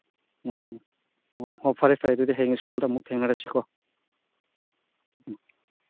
ꯎꯝ ꯎꯝ ꯑꯣ ꯍꯣ ꯐꯔꯦ ꯐꯔꯦ ꯑꯗꯨꯗꯤ ꯍꯌꯦꯡ ꯁ꯭ꯀꯨꯜꯗ ꯑꯃꯨꯛ ꯊꯦꯡꯅꯔꯁꯤꯀꯣ ꯎꯝ